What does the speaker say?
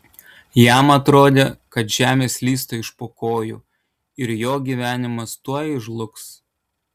jam atrodė kad žemė slysta iš po kojų ir jo gyvenimas tuoj žlugs